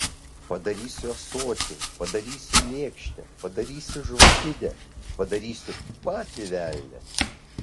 padarysiu ąsotį padarysiu lėkštę padarysiu žvakidę padarysiu patį velnią